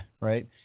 right